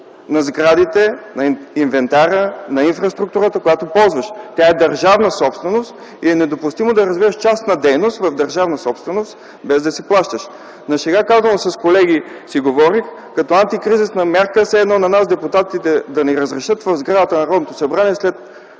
на сградите, инвентара, инфраструктурата, която ползващ. Тя е държавна собственост и е недопустимо да развиваш частна дейност в държавна собственост без да си плащаш. Говорих си с колеги на шега, като антикризисна мярка това е все едно на нас – депутатите, да ни разрешат в сградата на Народното събрание след